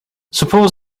suppose